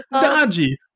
Dodgy